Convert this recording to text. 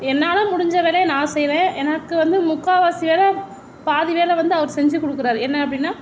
என்னால் முடிஞ்ச வேலையை நான் செய்வேன் எனக்கு வந்து முக்கால்வாசி வேலை பாதி வேலை வந்து அவர் செஞ்சு கொடுக்குறாரு என்ன அப்படினா